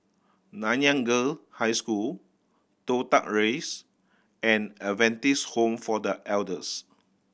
Nanyang Girl High School Toh Tuck Rise and Adventist Home for The Elders